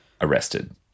arrested